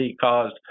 caused